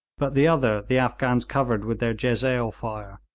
but the other the afghans covered with their jezail fire.